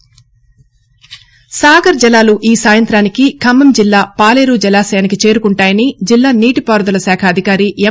ఖమ్నం సాగర్ జలాలు ఈ సాయంగ్రతానికి ఖమ్మం జిల్లా పాలేరు జలాశయానికి చేరుకుంటాయని జిల్లా నీటిపారుదల శాఖ అధికారి ఎం